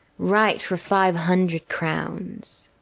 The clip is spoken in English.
write for five hundred crowns.